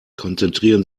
konzentrieren